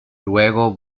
luego